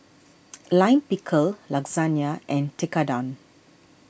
Lime Pickle Lasagna and Tekkadon